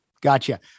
gotcha